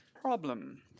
problem